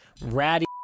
ratty